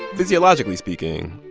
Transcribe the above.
physiologically speaking,